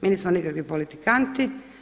Mi nismo nikakvi politikanti.